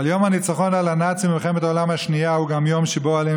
אבל יום הניצחון על הנאצים במלחמת העולם השנייה הוא גם יום שבו עלינו